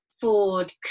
ford